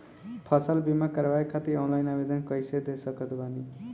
फसल बीमा करवाए खातिर ऑनलाइन आवेदन कइसे दे सकत बानी?